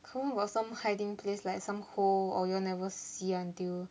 confirm got some hiding place like some hole or your never see until